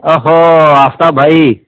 اوہو آفتاب بھائی